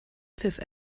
pfiff